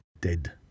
dead